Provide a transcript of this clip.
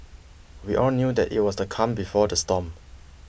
we all knew that it was the calm before the storm